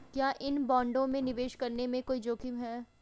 क्या इन बॉन्डों में निवेश करने में कोई जोखिम है?